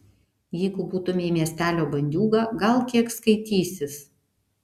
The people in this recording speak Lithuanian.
jeigu būtumei miestelio bandiūga gal kiek skaitysis